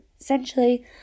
essentially